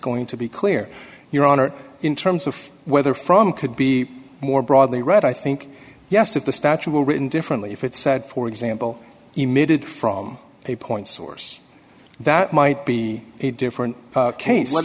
going to be clear your honor in terms of whether from could be more broadly read i think yes if the statue were written differently if it said for example emitted from a point source that might be a different case what